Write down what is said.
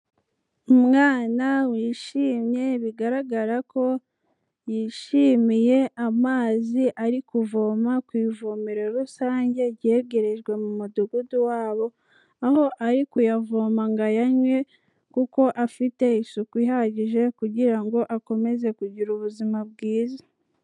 Umwana wishimye bigaragara ko yishimiye amazi ari kuvoma ku ivomero rusange ryegerejwe mu mudugudu wabo, aho ari kuyavoma ngo ayanywe kuko afite isuku ihagije kugira ngo akomeze kugira ubuzima bwiza.